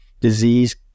disease